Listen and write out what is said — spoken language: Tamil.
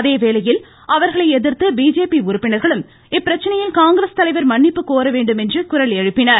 அதேவேளையில் அவர்களை எதிர்த்து பிஜேபி உறுப்பினர்களும் இப்பிரச்சனையில் காங்கிரஸ் தலைவர் மன்னிப்பு கோர வேண்டும் என்று குரழெப்பினார்கள்